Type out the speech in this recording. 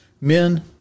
Men